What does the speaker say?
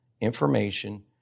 information